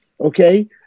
Okay